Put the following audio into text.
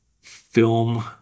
film